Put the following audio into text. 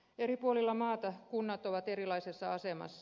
eri puolilla maata kunnat ovat erilaisessa asemassa